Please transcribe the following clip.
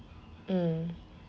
um